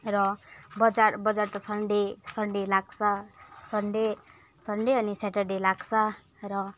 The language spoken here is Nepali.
र बजार बजार त सन्डे सन्डे लाग्छ सन्डे सन्डे अनि स्याटरडे लाग्छ र